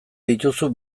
dituzu